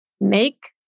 make